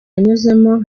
yanyuzemo